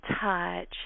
touch